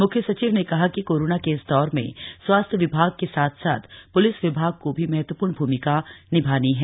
म्ख्य सचिव ने कहा कि कोरोना के इस दौर में स्वास्थ्य विभाग के साथ साथ प्लिस विभाग को भी महत्वपूर्ण भूमिका निभानी है